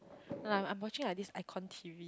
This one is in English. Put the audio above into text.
like I'm watching like this icon T_V